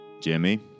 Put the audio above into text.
Jimmy